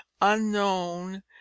unknown